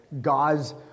God's